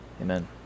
Amen